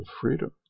freedom